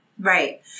Right